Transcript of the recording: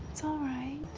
it's all right.